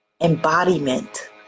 embodiment